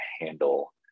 handle